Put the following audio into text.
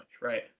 right